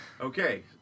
Okay